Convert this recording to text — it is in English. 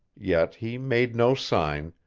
yet he made no sign,